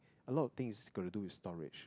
a lot of things gonna do is storage